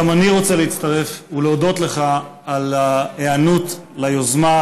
גם אני רוצה להצטרף ולהודות לך על ההיענות ליוזמה,